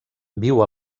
viu